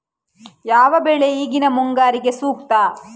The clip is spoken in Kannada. ಯಾವ ಬೆಳೆ ಈಗಿನ ಮುಂಗಾರಿಗೆ ಸೂಕ್ತ?